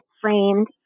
framed